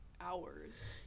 hours